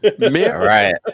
Right